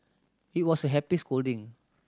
it was a happy scolding